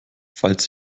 falls